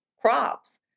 crops